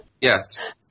Yes